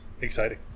Exciting